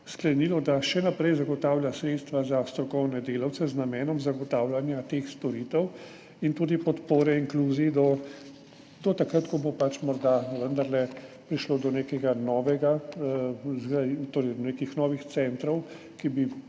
sklenilo, da še naprej zagotavlja sredstva za strokovne delavce z namenom zagotavljanja teh storitev in tudi podpore inkluziji do takrat, ko bo pač morda vendarle prišlo do nekih novih centrov, ki bi